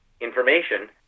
information